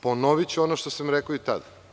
Ponoviću ono što sam rekao i tad.